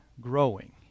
growing